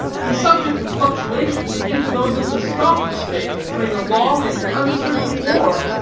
be subject to fluctuations akin to those of the stock-exchange during a long and uncertain war.